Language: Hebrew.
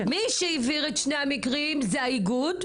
מי שהעביר את שני המקרים זה האיגוד?